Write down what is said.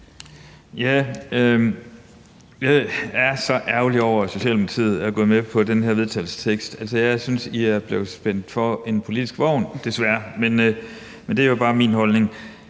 Jeg er så ærgerlig over, at Socialdemokratiet er gået med på den her vedtagelsestekst. Jeg synes, I er blevet spændt for en politisk vogn, desværre. Men det er bare min holdning.